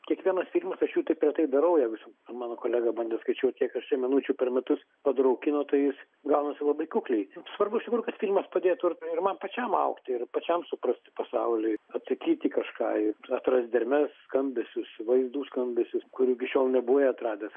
kiekvienas filmas aš jų taip retai darau jeigu čia mano kolega bandė skaičiuot kiek aš čia minučių per metus padarau kino tai jis gaunasi labai kukliai svarbu iš tikrųjų kad filmas padėtų ir man pačiam augti ir pačiam suprasti pasaulį atsakyti į kažką atrast dermes skambesius vaizdų skambesius kurių iki šiol nebuvai atradęs